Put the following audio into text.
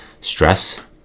stress